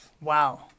Wow